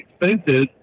expensive